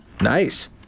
Nice